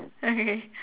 okay